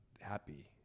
happy